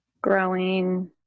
growing